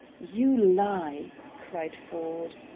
you lie! cried ford.